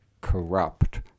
corrupt